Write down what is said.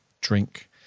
drink